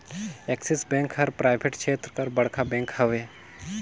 axis bank हर private छेत्र कर बड़खा बेंक हवे